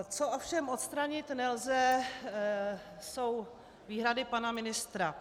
Co ovšem odstranit nelze, jsou výhrady pana ministra.